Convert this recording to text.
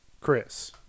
Chris